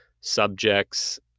subjects